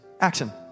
Action